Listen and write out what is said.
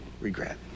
regret